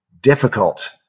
difficult